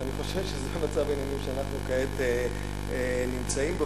ואני חושב שזה מצב העניינים שאנחנו כעת נמצאים בו,